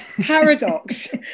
paradox